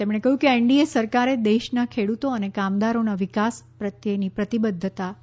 તેમણે કહ્યું કે એનડીએ સરકારે દેશના ખેડુતો અને કામદારોના વિકાસ પ્રત્યેની પ્રતિબદ્ધતા દર્શાવી છે